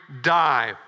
die